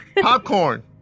Popcorn